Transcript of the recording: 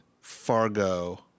Fargo